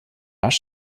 rush